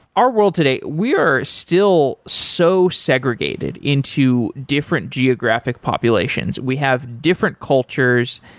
our world today, we are still so segregated into different geographic populations. we have different cultures.